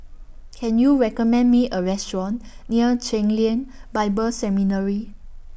Can YOU recommend Me A Restaurant near Chen Lien Bible Seminary